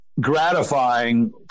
gratifying